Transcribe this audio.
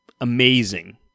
amazing